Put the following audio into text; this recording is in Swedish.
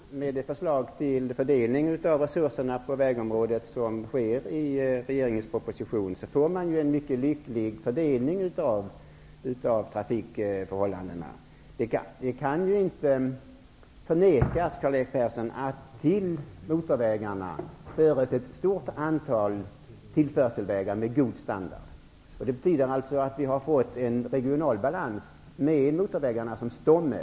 Herr talman! Med det förslag till fördelning av resurserna på vägområdet som presenteras i regeringens proposition får man en mycket lycklig fördelning av trafiken. Det kan inte förnekas, Karl-Erik Persson, att till motorvägarna hör ett stort antal tillförselvägar med god standard. Det betyder att vi har fått en regional balans med motorvägarna som stomme.